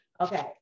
okay